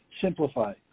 simplify